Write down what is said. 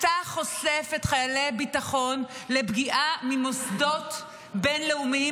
אתה חושף את חיילי הביטחון לפגיעה ממוסדות בין-לאומיים,